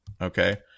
Okay